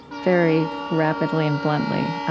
very rapidly and bluntly.